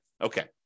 Okay